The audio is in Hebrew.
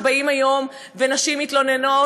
כשבאות היום נשים להתלונן,